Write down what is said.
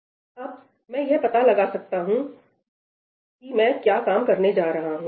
अब मैं यह पता लगा सकता हूं कि मैं क्या काम करने जा रहा हूं